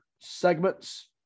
segments